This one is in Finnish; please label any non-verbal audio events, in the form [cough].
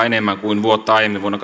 [unintelligible] enemmän kuin vuotta aiemmin vuonna [unintelligible]